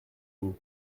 vous